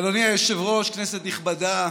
אדוני היושב-ראש, כנסת נכבדה,